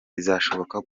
bizashoboka